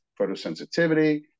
photosensitivity